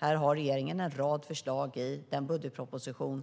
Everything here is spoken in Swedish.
Här har regeringen en rad förslag i den budgetproposition